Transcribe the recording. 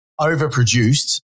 overproduced